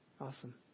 Awesome